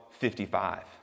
55